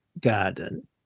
garden